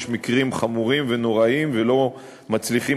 יש מקרים חמורים ונוראיים ולא מצליחים